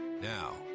Now